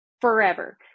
forever